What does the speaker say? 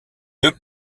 deux